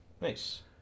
Nice